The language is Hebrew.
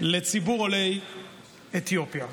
לציבור עולי אתיופיה.